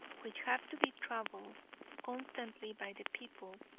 which have to be traveled constantly by the people,